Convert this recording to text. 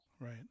Right